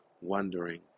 wondering